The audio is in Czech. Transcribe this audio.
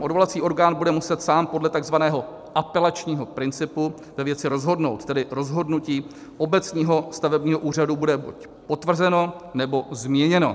Odvolací orgán bude muset sám podle tzv. apelačního principu ve věci rozhodnout, tedy rozhodnutí obecního stavebního úřadu bude potvrzeno, nebo změněno.